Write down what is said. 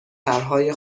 پرهای